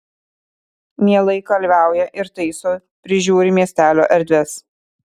mielai kalviauja ir taiso prižiūri miestelio erdves